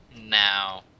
Now